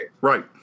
right